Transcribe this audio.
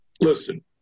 listen